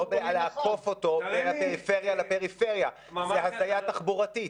זאת הנחיה תחבורתית.